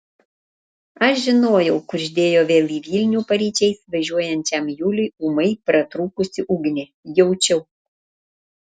aš žinojau kuždėjo vėl į vilnių paryčiais važiuojančiam juliui ūmai pratrūkusi ugnė jaučiau